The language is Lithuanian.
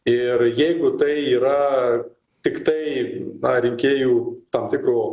ir jeigu tai yra tiktai na rinkėjų tam tikro